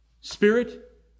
spirit